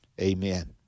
Amen